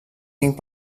cinc